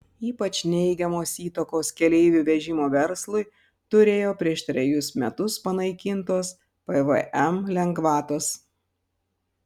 ypač neigiamos įtakos keleivių vežimo verslui turėjo prieš trejus metus panaikintos pvm lengvatos